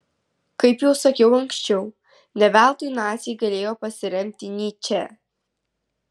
kaip jau sakiau anksčiau ne veltui naciai galėjo pasiremti nyče